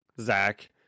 Zach